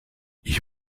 ich